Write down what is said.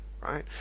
right